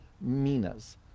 minas